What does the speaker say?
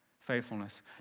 faithfulness